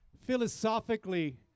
philosophically